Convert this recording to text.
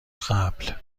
قبل